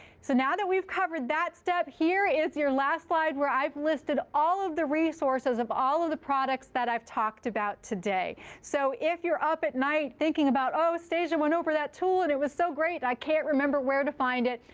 so now that we've covered that step, here is your last slide, where i've listed all of the resources of all of the products that i've talked about today. so if you're up at night thinking about, oh, stasia went over that tool and it was so great, i can't remember where to find it,